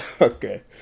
Okay